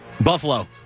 Buffalo